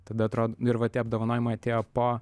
tada atro nu ir va tie apdovanojimai atėjo po